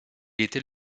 était